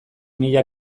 mila